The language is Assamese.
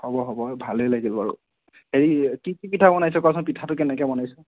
হ'ব হ'ব ভালেই লাগিল বাৰু হেৰি কি কি পিঠা বনাইছে কোৱাছোন পিঠাটো কেনেকে বনাইছে